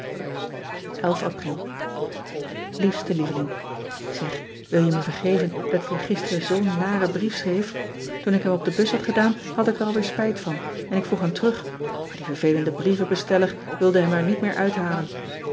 pril iefste lieveling eg wil je me vergeven dat ik je gisteren zoo n naren brief schreef oen ik hem op de bus had gedaan had ik er al weer spijt van en ik vroeg hem terug maar die vervelende brievenbesteller wilde hem er niet meer uithalen